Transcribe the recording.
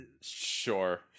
Sure